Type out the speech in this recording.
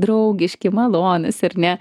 draugiški malonūs ar ne